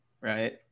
right